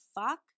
fuck